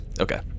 Okay